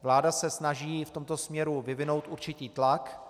Vláda se snaží v tomto směru vyvinout určitý tlak.